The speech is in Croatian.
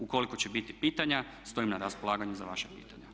Ukoliko će biti pitanja stojim na raspolaganju za vaša pitanja.